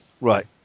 Right